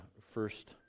first